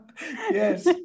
Yes